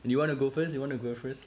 you wanna go first you wanna go first